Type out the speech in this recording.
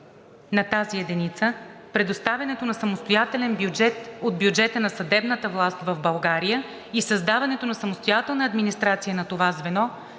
на тази единица, предоставянето на самостоятелен бюджет от бюджета на съдебната власт в България и създаването на самостоятелна администрация на това звено